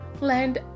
land